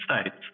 states